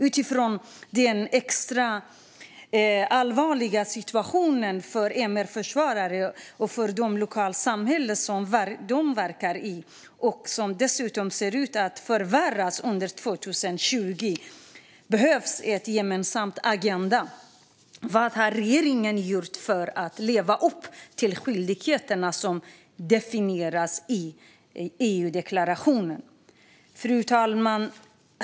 Utifrån den extremt allvarliga situationen för MR-försvarare och för de lokalsamhällen som de verkar i, som dessutom ser ut att förvärras under 2020, behövs en gemensam agenda. Vad har regeringen gjort för att leva upp till skyldigheterna som definieras i EU-deklarationen? Fru talman!